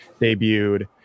debuted